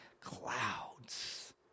clouds